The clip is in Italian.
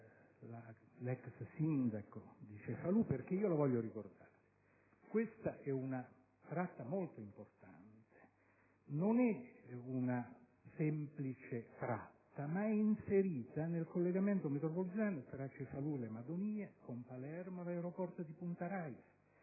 l'ex sindaco di Cefalù. Voglio ricordare che questa è una tratta molto importante, non una semplice tratta, che è inserita nel collegamento metropolitano tra Cefalù e le Madonie, con Palermo e l'aeroporto di Punta Raisi.